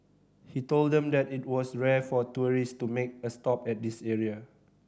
he told them that it was rare for tourists to make a stop at this area